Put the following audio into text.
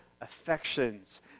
affections